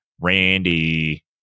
Randy